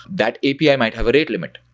that api might have a rate limit.